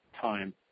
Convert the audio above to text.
time